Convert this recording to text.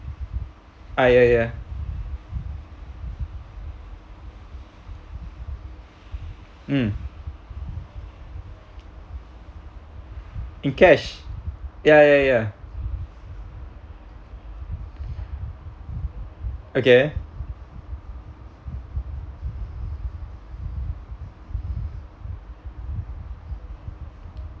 ah ya ya mm in cash ya ya ya okay